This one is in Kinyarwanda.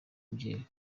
umubyeyi